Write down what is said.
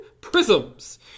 Prisms